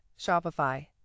Shopify